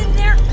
there.